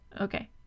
Okay